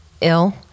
ill